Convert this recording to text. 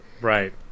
Right